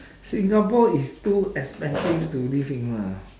singapore is too expensive to live in lah